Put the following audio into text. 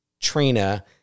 Trina